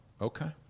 Okay